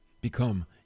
become